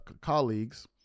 colleagues